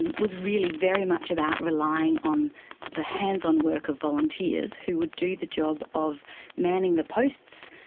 and was really very much about relying on the hands-on work of volunteers who would do the job of manning the posts,